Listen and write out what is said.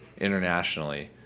internationally